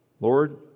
Lord